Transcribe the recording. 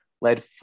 led